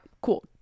Cool